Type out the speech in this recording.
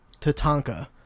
Tatanka